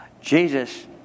Jesus